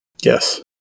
Yes